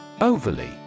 Overly